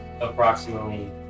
approximately